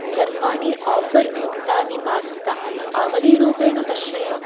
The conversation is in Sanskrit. सर्वाणि आफ़र् युक्तानि पास्ता आवलीरूपेण दर्शय